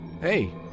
Hey